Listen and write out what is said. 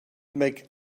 make